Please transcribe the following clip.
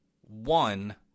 one